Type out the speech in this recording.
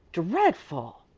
dreadful!